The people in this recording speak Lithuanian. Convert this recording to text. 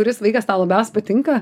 kuris vaikas tau labiausia patinka